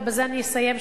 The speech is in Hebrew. ובזה אני אסיים,